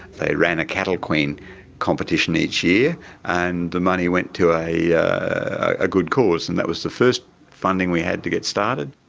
they run a cattle queen competition each year and the money went to a yeah a good cause, and that was the first funding we had to get started.